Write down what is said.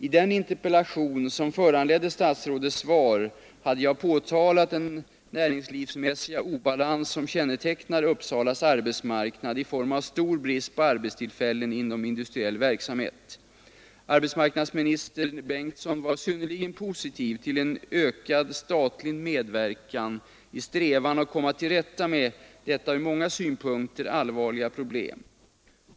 I den interpellation som föranledde statsrådets svar hade jag påtalat den näringslivsmässiga obalans som kännetecknar Uppsalas arbetsmarknad i form av stor brist på arbetstillfällen inom industriell verksamhet. Arbetsmarknadsminister Bengtsson var synnerligen positiv till en ökad statlig medverkan i strävandena att komma till rätta med detta ur många synpunkter allvarliga problem.